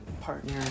partner